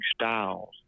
styles